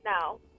No